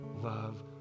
love